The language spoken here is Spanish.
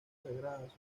sagradas